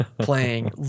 playing